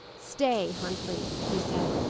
stay, huntley, he said,